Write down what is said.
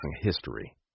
history